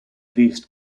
least